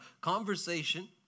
Conversation